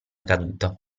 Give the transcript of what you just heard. caduta